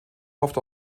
oft